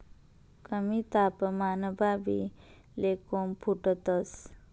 कमी तापमानमा बी ले कोम फुटतंस